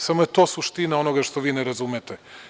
Samo je to suština onoga što vi ne razumete.